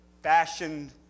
Fashioned